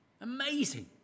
Amazing